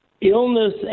illness